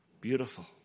Beautiful